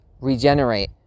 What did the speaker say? regenerate